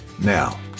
now